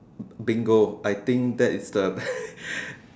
bingo I think that is the